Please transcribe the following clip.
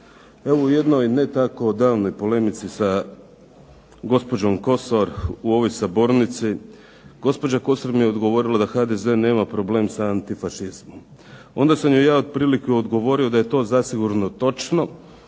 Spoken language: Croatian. Evo u jednoj ne tako davnoj polemici sa gospođom Kosor u ovoj sabornici gospođa Kosor mi je odgovorila da HDZ nema problem sa antifašizmom. Onda sam joj ja otprilike odgovorio da je to zasigurno točno,